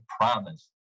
promise